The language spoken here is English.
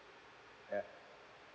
yeah